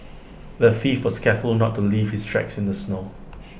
the thief was careful not to leave his tracks in the snow